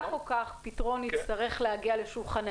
כך או כך פתרון יצטרך להגיע לשולחננו.